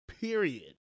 period